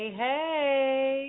hey